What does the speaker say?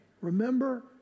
remember